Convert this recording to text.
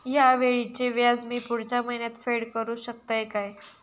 हया वेळीचे व्याज मी पुढच्या महिन्यात फेड करू शकतय काय?